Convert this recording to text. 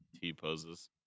T-Poses